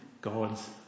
God's